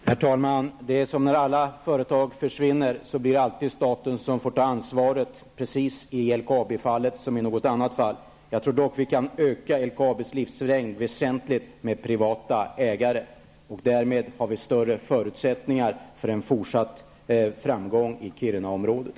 Herr talman! När företag försvinner är det alltid staten som får ta ansvaret. Detta gäller i fråga om LKAB precis på samma sätt som i fråga om andra företag. Jag tror dock att vi med privata ägare kan öka LKABs livslängd väsentligt, och därmed har vi också större förutsättningar för en fortsatt framgång i Kirunaområdet.